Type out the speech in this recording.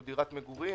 שהוא דירת מגורים,